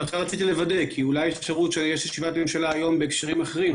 יש ישיבת ממשלה היום בהקשרים אחרים,